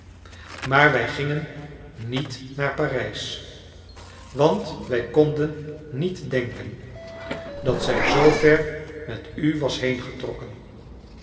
maar wij gingen niet naar parijs want wij konden niet denken dat zij zoover met u was